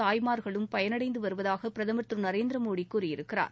தாய்மார்களும் பயனடைந்து வருவதாக பிரதமர் திரு நரேந்திர மோடி கூறியிருக்கிறார்